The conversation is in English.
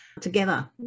together